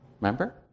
Remember